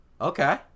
Okay